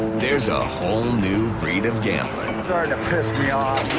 there's a whole new breed of gambler. starting to piss me off.